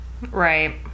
Right